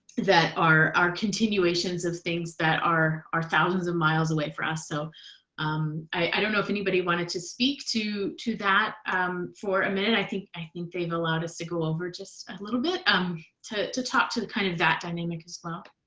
that are are continuations of things that are are thousands of miles away for us so i don't know if anybody wanted to speak to to that um for a minute. i think i think they've allowed us to go over just a little bit um to to talk to to kind of that dynamic as well.